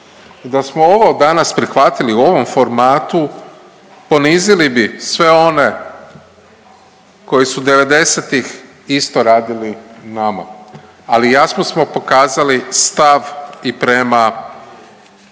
da smo ovo danas prihvatili u ovom formatu, ponizili bi sve one koji su 90-ih isto radili nama, ali jasno smo pokazali stav i prema